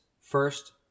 First